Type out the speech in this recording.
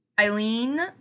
Eileen